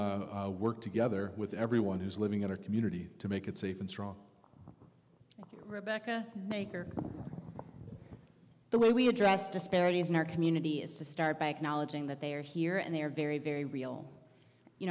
work together with everyone who's living in our community to make it safe and strong rebecca maker the way we address disparities in our community is to start by acknowledging that they are here and they are very very real you